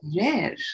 rare